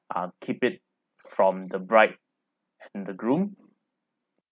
ah keep it from the bride and the groom